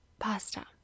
pasta